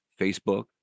facebook